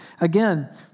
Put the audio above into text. Again